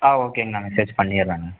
ஆ ஓகேங்க நான் மெசேஜ் பண்ணிடுறேங்க